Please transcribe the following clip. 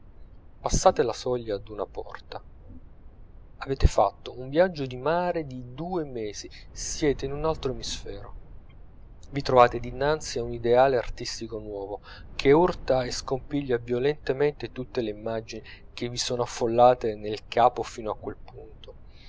passate la soglia d'una porta avete fatto un viaggio di mare di due mesi siete in un altro emisfero vi trovate dinanzi a un ideale artistico nuovo che urta e scompiglia violentemente tutte le immagini che sono affollate nel capo fino a quel punto